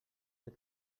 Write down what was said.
ser